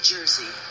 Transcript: Jersey